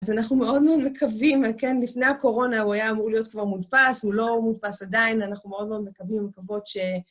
אז אנחנו מאוד מאוד מקווים, כן, לפני הקורונה הוא היה אמור להיות כבר מודפס, הוא לא מודפס עדיין, אנחנו מאוד מאוד מקווים ומקוות ש...